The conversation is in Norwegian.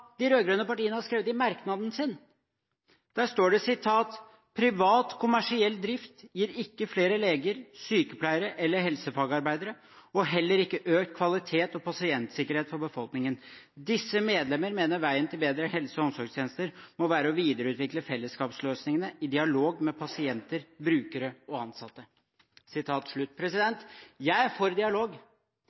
de rød-grønne partiene har skrevet i merknaden sin. Der står det: «Privat, kommersiell drift gir ikke flere leger, sykepleiere eller helsefagarbeidere, og heller ikke økt kvalitet og pasientsikkerhet for befolkningen. Disse medlemmer mener veien til bedre helse- og omsorgstjenester må være å videreutvikle fellesskapsløsningene i dialog med pasienter, brukere og ansatte.» Jeg er for dialog.